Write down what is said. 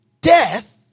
death